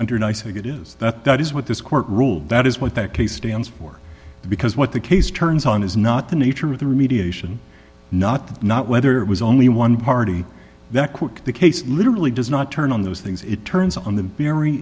you're nice i get is that that is what this court ruled that is what that case stands for because what the case turns on is not the nature of the remediation not that not whether it was only one party that the case literally does not turn on those things it turns on the